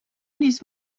نیز